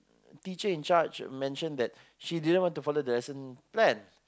teacher-in-charge mention that she didn't want to follow the lesson plan